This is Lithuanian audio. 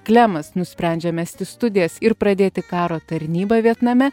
klemas nusprendžia mesti studijas ir pradėti karo tarnybą vietname